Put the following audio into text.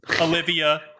Olivia